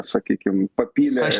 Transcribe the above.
sakykim papylė